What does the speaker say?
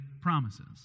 promises